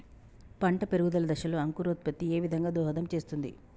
పంట పెరుగుదల దశలో అంకురోత్ఫత్తి ఏ విధంగా దోహదం చేస్తుంది?